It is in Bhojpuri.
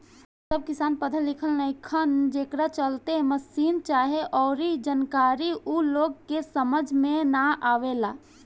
सब किसान पढ़ल लिखल नईखन, जेकरा चलते मसीन चाहे अऊरी जानकारी ऊ लोग के समझ में ना आवेला